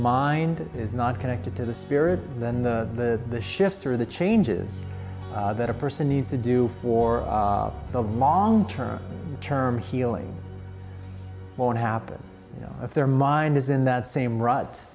mind is not connected to the spirit and then the shifts are the changes that a person needs to do for the long term term healing won't happen you know if their mind is in that same r